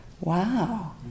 Wow